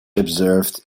observed